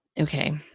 Okay